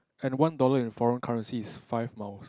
and one dollar in foreign currency is five miles